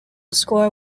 score